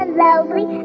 lovely